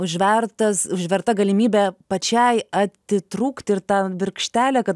užvertas užverta galimybė pačiai atitrūkti ir ta virkštelė kad